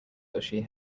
bushy